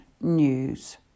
News